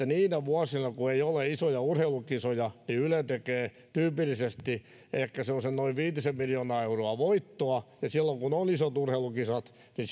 niinä vuosina kun ei ole isoja urheilukisoja yle tekee tyypillisesti semmoisen noin viisi miljoonaa euroa voittoa ja silloin kun on isot urheilukisat niin